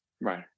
Right